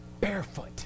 barefoot